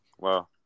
Wow